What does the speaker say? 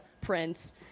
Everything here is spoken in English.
Prince